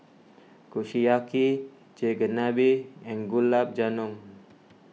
Kushiyaki Chigenabe and Gulab Jamun